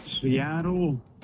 Seattle